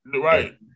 Right